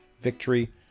victory